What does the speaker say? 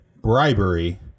bribery